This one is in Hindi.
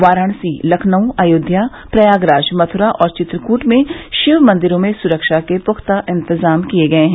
वाराणसी लखनऊ अयोध्या प्रयागराज मथ्रा और चित्रकृट में शिवमंदिरों में सुरक्षा के प्ख्ता इंतजाम किए गये हैं